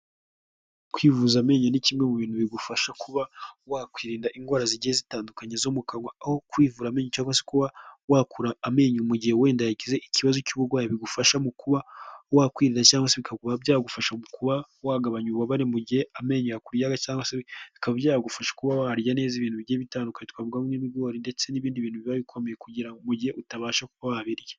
Kwivuza amenyo ni kimwe mu bintu bigufasha kuba wakwirinda indwara zigiye zitandukanye zo mu kanwa. Aho kwivu amenyo cyangwa kuba wakura amenyo mu gihe wenda yagize ikibazo cy'uburwayi bigufasha mu kuba wakwirinda cyangwa se bikaguha byagufasha wagabanya ububabare mu gihe amenyo yakuryaga, cyangwa se bikaba byagufasha kuba warya neza ibintu bigiye bitandukanye twavugamo nk'ibigori ndetse n'ibindi bintu biba bikomeye kugira ngo mugihe utabasha kuba wabirya.